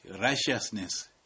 righteousness